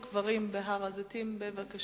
שאל את השר לביטחון פנים ביום י"ד בניסן התשס"ט (8 באפריל